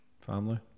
family